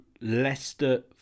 Leicester